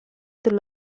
del